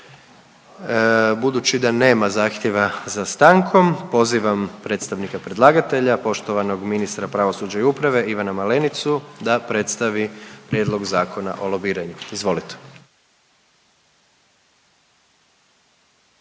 Budući da nema zahtjeva za stankom, pozivam predstavnika predlagatelja, poštovanog ministra pravosuđa i uprave, Ivana Malenicu da predstavi Prijedlog Zakona o lobiranju, izvolite.